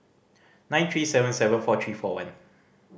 nine three seven seven four three four one